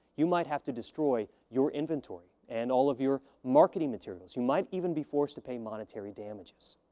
you might have to destroy your inventory and all of your marketing materials. you might even be forced to pay monetary damages.